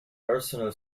personal